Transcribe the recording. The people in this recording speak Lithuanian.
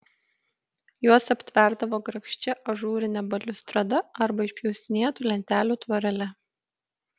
juos aptverdavo grakščia ažūrine baliustrada arba išpjaustinėtų lentelių tvorele